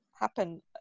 happen